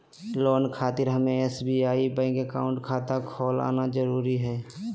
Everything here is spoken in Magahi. लोन खातिर हमें एसबीआई बैंक अकाउंट खाता खोल आना जरूरी है?